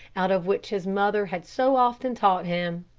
out of which his mother had so often taught him.